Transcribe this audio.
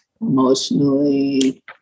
emotionally